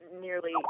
nearly